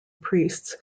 priests